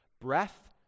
Breath